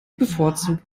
bevorzugt